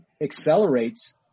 accelerates